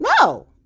No